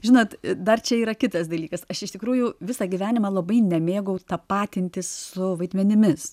žinot dar čia yra kitas dalykas aš iš tikrųjų visą gyvenimą labai nemėgau tapatintis su vaidmenimis